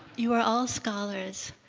you are all scholars.